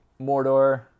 Mordor